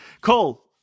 Cole